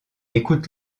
écoute